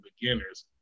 Beginners